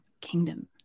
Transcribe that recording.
kingdom